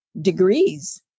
degrees